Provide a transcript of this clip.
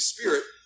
Spirit